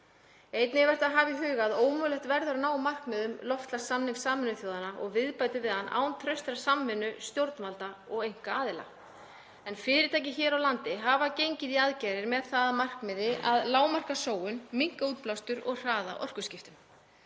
Einnig er vert að hafa í huga að ómögulegt verður að ná markmiðum loftslagssamnings Sameinuðu þjóðanna og viðbóta við hann án traustrar samvinnu stjórnvalda og einkaaðila. Fyrirtæki hér á landi hafa gengið í aðgerðir með það að markmiði að lágmarka sóun, minnka útblástur og hraða orkuskiptum.